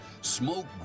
Smoke